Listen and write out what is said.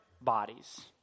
bodies